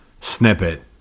snippet